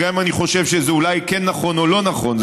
וגם אם אני חושב שזה אולי כן נכון או לא נכון,